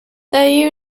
their